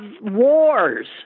wars